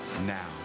now